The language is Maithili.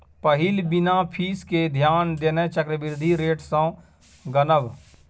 पहिल बिना फीस केँ ध्यान देने चक्रबृद्धि रेट सँ गनब